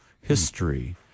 history